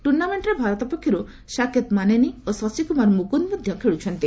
ଟୂର୍ଣ୍ଣାମେଷ୍ଟରେ ଭାରତ ପକ୍ଷରୁ ସାକେତ୍ ମାନେନି ଓ ଶଶୀ କୁମାର ମୁକୁନ୍ଦ ମଧ୍ୟ ଖେଳୁଛନ୍ତି